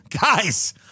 guys